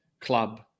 club